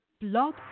Blog